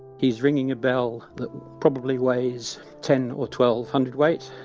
he's ringing a bell that probably weighs ten or twelve hundredweight,